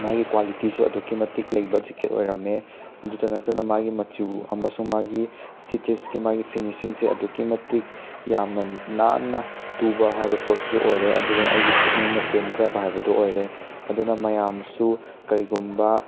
ꯃꯥꯒꯤ ꯀ꯭ꯋꯥꯂꯤꯇꯤꯁꯨ ꯑꯗꯨꯛꯀꯤ ꯃꯇꯤꯛ ꯂꯩꯕ ꯖꯦꯀꯦꯠ ꯑꯣꯏꯔꯝꯃꯦ ꯑꯗꯨꯗ ꯅꯠꯇꯅ ꯃꯥꯒꯤ ꯃꯆꯨ ꯑꯃꯁꯨꯡ ꯃꯥꯒꯤ ꯁ꯭ꯇꯤꯆꯤꯁꯀꯤ ꯃꯥꯒꯤ ꯐꯤꯅꯤꯁꯤꯡꯁꯦ ꯑꯗꯨꯛꯀꯤ ꯃꯇꯤꯛ ꯌꯥꯝꯅ ꯅꯥꯟꯅ ꯇꯨꯕ ꯍꯥꯏꯕ ꯄꯣꯠꯇꯨꯁꯨ ꯑꯣꯏꯔꯦ ꯑꯗꯨꯗ ꯑꯩꯒꯤ ꯄꯨꯛꯅꯤꯡꯅ ꯄꯦꯟꯖꯕ ꯍꯥꯏꯕꯗꯣ ꯑꯣꯏꯔꯦ ꯑꯗꯨꯅ ꯃꯌꯥꯝꯁꯨ ꯀꯩꯒꯨꯝꯕ